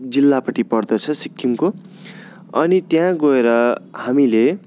जिल्लापट्टि पर्दछ सिक्किमको अनि त्यहाँ गएर हामीले